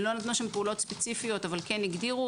לא נתנו שם פעולות ספציפיות אבל כן הגדירו,